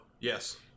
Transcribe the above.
Yes